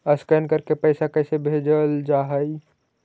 Scan करके पैसा कैसे भेजल जा हइ?